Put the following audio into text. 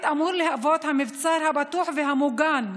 בית אמור להוות מבצר בטוח ומוגן,